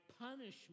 punishment